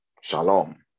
shalom